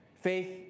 Faith